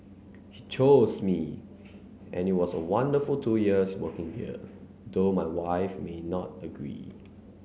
he chose me and it was a wonderful two years working here though my wife may not agree